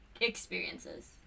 experiences